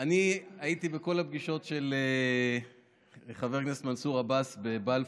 אני הייתי בכל הפגישות של חבר הכנסת מנסור עבאס בבלפור,